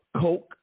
coke